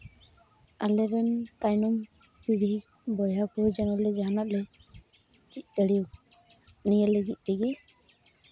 ᱟᱞᱮ ᱨᱮᱱ ᱛᱟᱭᱱᱚᱢ ᱯᱤᱲᱦᱤ ᱵᱚᱭᱦᱟ ᱠᱚ ᱡᱮᱱᱚᱞᱮ ᱡᱟᱦᱟᱱᱟᱜ ᱞᱮ ᱪᱮᱫ ᱫᱟᱲᱮᱭᱟᱠᱚ ᱱᱤᱭᱟᱹ ᱞᱟᱹᱜᱤᱫ ᱛᱮᱜᱮ